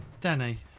Danny